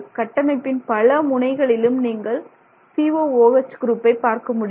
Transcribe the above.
கட்டமைப்பின் பல முனைகளிலும் நீங்கள் COOH குரூப்பை பார்க்க முடியும்